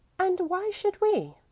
and why should we?